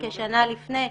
כשנה לפני,